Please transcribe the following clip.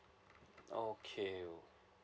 okay